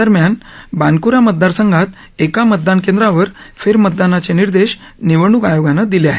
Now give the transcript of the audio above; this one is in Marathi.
दरम्यान बानकुरा मतदार संघात एका मतदान केंद्रावर फेरमतदानाचे निर्देश निवडणूक आयोगानं दिले आहेत